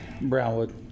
Brownwood